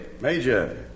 Major